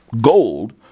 gold